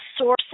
source